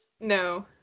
No